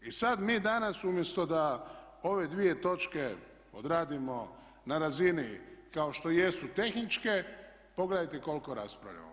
I sad mi danas u mjesto da ove dvije točke odradimo na razini kao što jesu tehničke, pogledajte koliko raspravljamo.